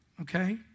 okay